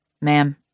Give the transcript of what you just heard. Ma'am